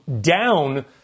down